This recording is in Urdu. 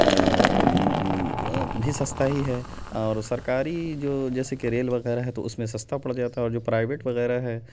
بھی سستا ہی ہے اور سرکاری جو جیسے کہ ریل وغیرہ ہے تو اس میں سستا پڑ جاتا ہے اور جو پرائیویٹ وغیرہ ہے